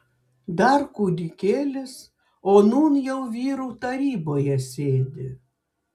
dar kūdikėlis o nūn jau vyrų taryboje sėdi